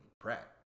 Pratt